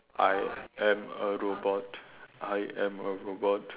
I am a robot I am a robot